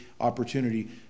opportunity